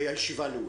הישיבה נעולה.